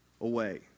away